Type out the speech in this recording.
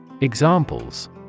Examples